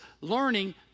learning